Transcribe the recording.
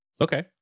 Okay